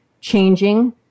changing